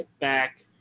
back